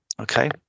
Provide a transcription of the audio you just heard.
Okay